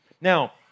Now